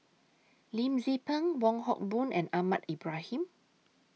Lim Tze Peng Wong Hock Boon and Ahmad Ibrahim